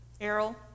Errol